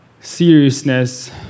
seriousness